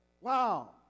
wow